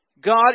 God